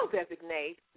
designate